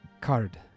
card